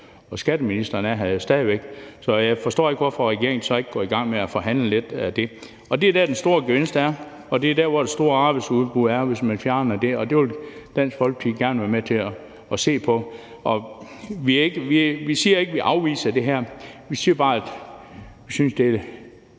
og skatteministeren er her jo stadig væk. Så jeg forstår ikke, hvorfor regeringen ikke går i gang med at forhandle lidt af det. Det er der, den store gevinst er, og det er der, hvor det store arbejdsudbud er, altså hvis man fjerner den modregning. Og det vil Dansk Folkeparti gerne være med til at se på. Vi siger ikke, at vi afviser det her; vi siger bare, at vi synes, at det måske